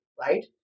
right